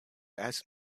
asked